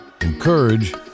encourage